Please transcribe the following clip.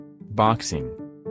Boxing